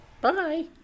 Bye